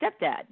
stepdad